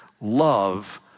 love